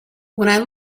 when